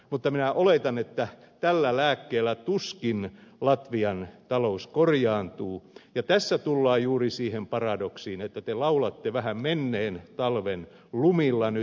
mutta minä oletan että tällä lääkkeellä tuskin latvian talous korjaantuu ja tässä tullaan juuri siihen paradoksiin että te laulatte vähän menneen talven lumilla nyt